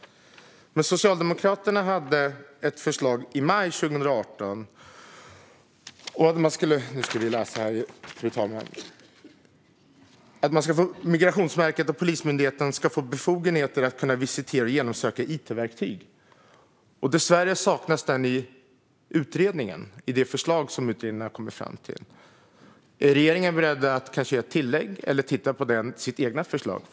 Men Socialdemokraterna hade ett förslag i maj 2018, att Migrationsverket och Polismyndigheten ska få befogenheter att visitera och genomsöka it-verktyg. Dessvärre saknas detta i det förslag som utredningen kom fram till. Är regeringen beredd att göra ett tillägg eller titta på sitt eget förslag?